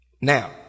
Now